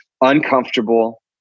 uncomfortable